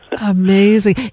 Amazing